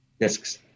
Discs